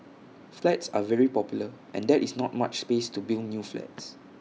flats are very popular and there is not much space to build new flats